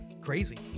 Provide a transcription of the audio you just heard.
Crazy